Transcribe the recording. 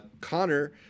Connor